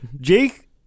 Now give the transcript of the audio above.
Jake